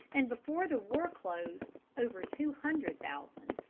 and before the war closed over two hundred thousand.